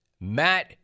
Matt